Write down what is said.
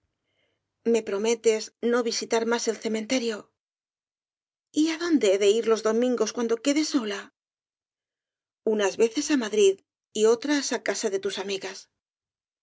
me prometes no visitar más el cementerio y adonde he de ir los domingos cuando quede sola unas veces á madrid y otras á casa de tus amigas